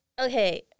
Okay